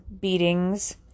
beatings